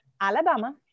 alabama